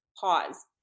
pause